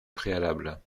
préalable